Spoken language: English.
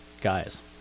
guys